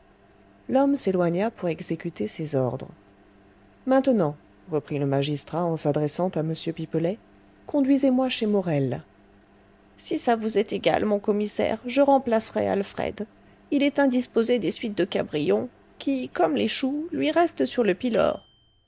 l'homme s'éloigna pour exécuter ces ordres maintenant reprit le magistrat en s'adressant à m pipelet conduisez-moi chez morel si ça vous est égal mon commissaire je remplacerai alfred il est indisposé des suites de cabrion qui comme les choux lui reste sur le pylore